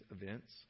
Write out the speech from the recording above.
events